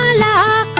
ah la